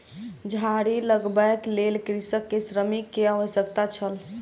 झाड़ी लगबैक लेल कृषक के श्रमिक के आवश्यकता छल